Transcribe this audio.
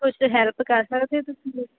ਕੁਛ ਹੈਲਪ ਕਰ ਸਕਦੇ ਹੋ ਤੁਸੀਂ ਮੇਰੀ